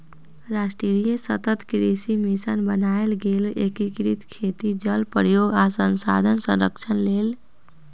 राष्ट्रीय सतत कृषि मिशन बनाएल गेल एकीकृत खेती जल प्रयोग आ संसाधन संरक्षण लेल